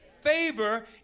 Favor